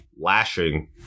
lashing